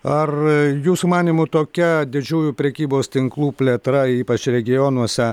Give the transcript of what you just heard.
ar jūsų manymu tokia didžiųjų prekybos tinklų plėtra ypač regionuose